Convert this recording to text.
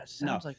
No